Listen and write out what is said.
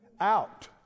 out